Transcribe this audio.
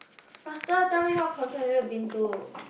faster tell me what concert have you been to